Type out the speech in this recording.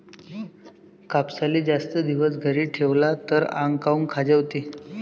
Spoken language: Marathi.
कापसाले जास्त दिवस घरी ठेवला त आंग काऊन खाजवते?